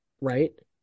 Right